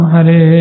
Hare